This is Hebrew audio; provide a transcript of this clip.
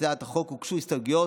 להצעת החוק הוגשו הסתייגויות,